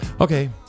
okay